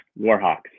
Warhawks